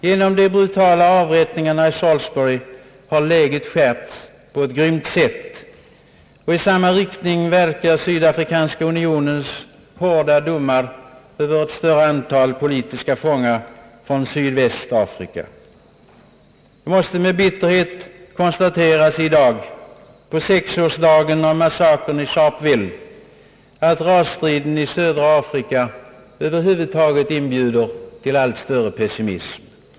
Genom de brutala avrättningarna i Salisbury har läget skärpts på ett grymt sätt. I samma riktning verkar Sydafrikanska unionens hårda domar över ett större antal politiska fångar från Sydvästafrika. Det måste med bitterhet konstateras i dag — på sexårsdagen av massakern i Sharpeville — att rasstriden i södra Afrika inbjuder till allt större pessimism.